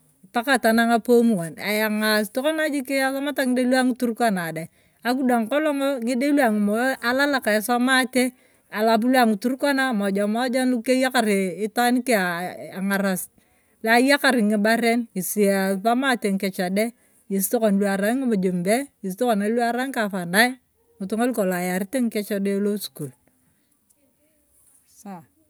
Mpaka tanang'ae pom waan eyang'aasi tokonae jik esomata ng'idae lua ng'iturkana dae- akidwang' kolong' ng'idae lua ng'imoe elalak esomaate alpu lua ng'iturkana mojamoja luk keyekare itwaan keng' ang'arasti lua ayekar ng'ibareen mg'esi a esusomaate ng'ikech dae ng'esi tokonae arae ng'imujumbe ng'esi tokonae arae ng'igavanae ng'itungaa lukalong' eyaarete ng'ikech dae losukul.